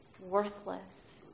worthless